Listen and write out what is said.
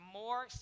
more